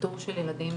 באיתור של ילדים